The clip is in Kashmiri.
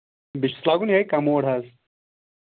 بیٚیہِ چھُس لاگُن یِہوٚے کَموڈ حظ